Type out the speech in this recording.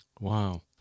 Wow